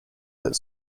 that